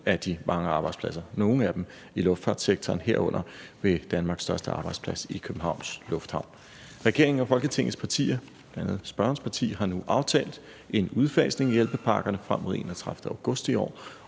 af de mange arbejdspladser, nogle af dem, i luftfartssektoren, herunder ved Danmarks største arbejdsplads i Københavns Lufthavn Regeringen og Folketingets partier, bl.a. spørgerens parti, har nu aftalt en udfasning af hjælpepakkerne frem mod 31. august i år,